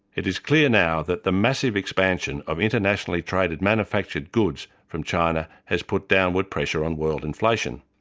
it is clear now that the massive expansion of internationally traded manufactured goods from china has put downward pressure on world inflation.